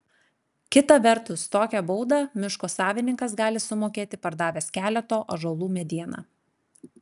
kita vertus tokią baudą miško savininkas gali sumokėti pardavęs keleto ąžuolų medieną